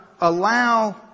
allow